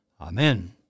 Amen